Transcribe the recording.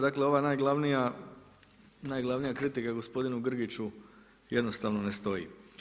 Dakle, ova najglavnija kritika gospodinu Grgiću, jednostavno ne stoji.